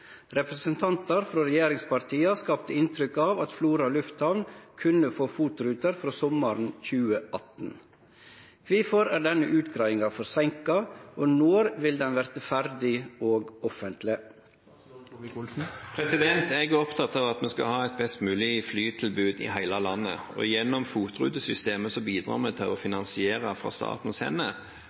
Representantar frå regjeringspartia skapte eit inntrykk av at Flora lufthamn kunne få FOT-ruter frå sommaren 2018. Kvifor er denne utgreiinga forseinka, og når vil ho vere ferdig og offentleg?» Jeg er opptatt av at vi skal ha et best mulig flytilbud i hele landet, og gjennom FOT-rutesystemet bidrar vi til å finansiere fra statens hender